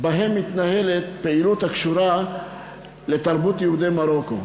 שבהם מתנהלת פעילות הקשורה לתרבות יהודי מרוקו.